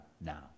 now